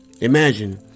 Imagine